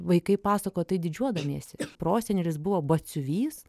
vaikai pasako tai didžiuodamiesi prosenelis buvo batsiuvys